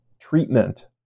treatment